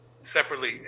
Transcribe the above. separately